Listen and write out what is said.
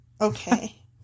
Okay